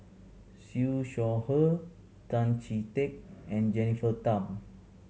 Siew Shaw Her Tan Chee Teck and Jennifer Tham